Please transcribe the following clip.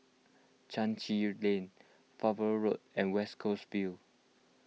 Chai Chee Lane Farnborough Road and West Coast Vale